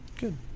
Good